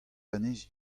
anezhi